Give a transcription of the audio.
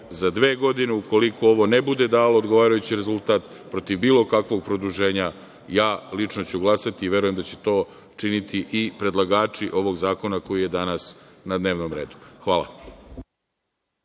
za dve godine ukoliko ovo ne bude dalo odgovarajući rezultat protiv bilo kakvog produženja ja lično ću glasati i verujem da će to u činiti i predlagači ovog zakona koji je danas na dnevnom redu. Hvala.